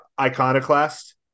Iconoclast